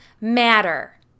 matter